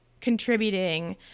Contributing